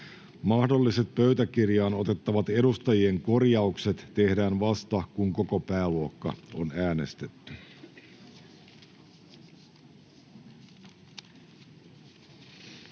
Mahdolliset pöytäkirjaan otettavat edustajien korjaukset tehdään vasta, kun koko pääluokka on äänestetty.